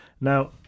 now